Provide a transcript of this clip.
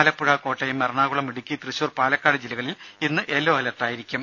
ആലപ്പുഴ കോട്ടയം എറണാകുളം ഇടുക്കി തൃശൂർ പാലക്കാട് ജില്ലകളിൽ ഇന്ന് യെല്ലോ അലർട്ടായിരിക്കും